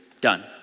Done